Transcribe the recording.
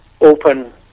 open